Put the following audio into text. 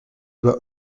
doit